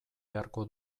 beharko